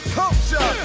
culture